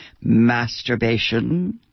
masturbation